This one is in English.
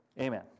Amen